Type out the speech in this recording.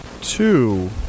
Two